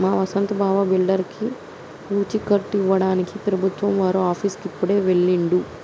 మా వసంత్ బావ బిడ్డర్లకి పూచీకత్తు ఇవ్వడానికి ప్రభుత్వం వారి ఆఫీసుకి ఇప్పుడే వెళ్ళిండు